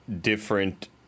different